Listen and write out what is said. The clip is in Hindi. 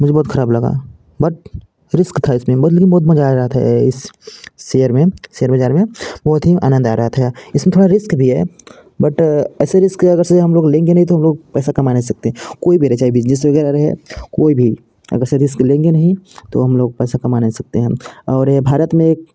मुझे बहुत खराब लगा बट रिस्क था इसमें बहुत लेकिन बहुत मजा आ रहा था इस शेयर में शेयर बाजार में बहुत ही आनंद आ रहा था इसमें थोड़ा रिस्क भी है बात ऐसे रिस्क अगर से हम लोग लेंगे नहीं तो पैसा कमा नहीं सकते कोई भी रहे चाहे बिजनेस वगैरह रहे कोई भी अगर से रिस्क लेंगे नहीं तो हम लोग पैसा कमा नहीं सकते हैं और ये भारत में